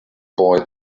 boy